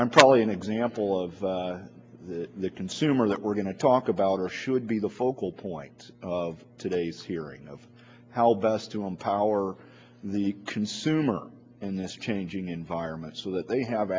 i'm probably an example of the consumer that we're going to talk about or should be the focal point of today's hearing of how best to empower the consumer in this changing environment so that they have